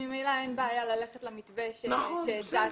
ממילא אין בעיה ללכת למתווה שהצעתי.